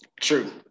True